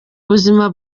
ubuzima